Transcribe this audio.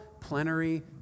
plenary